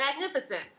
magnificent